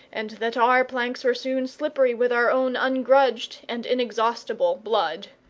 and that our planks were soon slippery with our own ungrudged and inexhaustible blood.